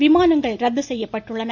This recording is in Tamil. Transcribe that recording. விமானங்கள் ரத்து செய்யப்பட்டுள்ளன